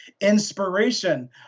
inspiration